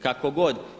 Kako god.